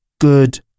good